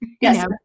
Yes